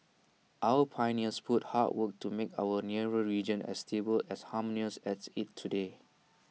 our pioneers put hard work to make our nearer region as stable as harmonious as IT today